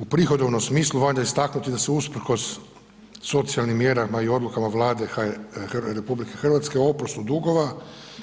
U prihodovnom smislu valja istaknuti da se usprkos socijalnim mjerama i odlukama Vlade RH o oprostu dugova